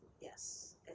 Yes